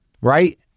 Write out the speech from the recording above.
Right